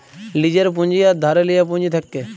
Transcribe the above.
লীজের পুঁজি আর ধারে লিয়া পুঁজি থ্যাকে